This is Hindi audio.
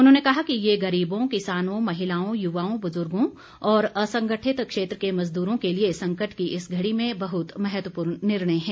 उन्होंने कहा कि यह गरीबों किसानों महिलाओं युवाओं ब्रजुर्गों और असंगठित क्षेत्र के मजदूरों के लिए संकट की इस घड़ी में बहुत महत्वपूर्ण निर्णय है